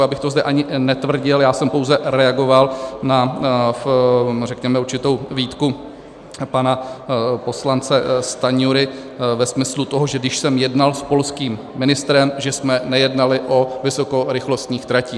Já bych to zde ani netvrdil, já jsem pouze reagoval na, řekněme, určitou výtku pana poslance Stanjury ve smyslu toho, že když jsem jednal s polským ministrem, že jsme nejednali o vysokorychlostních tratích.